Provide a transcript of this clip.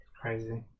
crazy